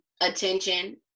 attention